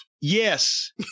Yes